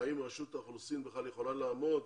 האם רשות האוכלוסין יכולה לעמוד